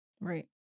Right